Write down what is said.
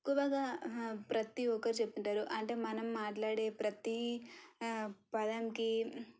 ఎక్కువగా ప్రతీ ఒక్కరూ చెప్తుంటారు అంటే మనం మాట్లాడే ప్రతీ పదంకి